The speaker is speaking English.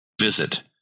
Visit